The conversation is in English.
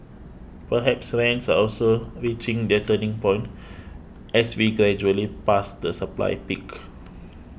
perhaps rents are also reaching their turning point as we gradually pass the supply peak